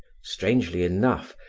strangely enough,